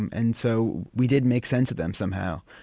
and so we did make sense of them somehow.